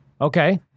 Okay